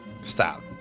stop